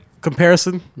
comparison